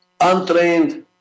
untrained